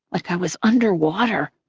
like i was underwater.